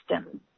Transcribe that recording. system